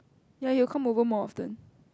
ya you'll come over more often